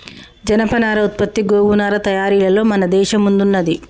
జనపనార ఉత్పత్తి గోగు నారా తయారీలలో మన దేశం ముందున్నది